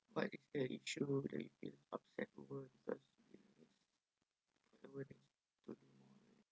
what age you were really upset to